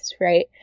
right